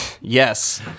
Yes